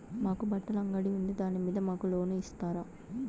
మాకు బట్టలు అంగడి ఉంది దాని మీద మాకు లోను ఇస్తారా